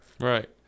Right